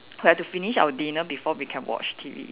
we have to finish our dinner before we can watch T_V